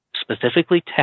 specifically